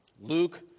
Luke